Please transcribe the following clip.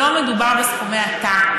לא מדובר בסכומי עתק.